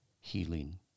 healing